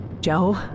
Joe